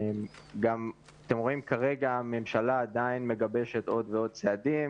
אתם רואים שכרגע עדיין מגבשים עוד ועוד צעדים.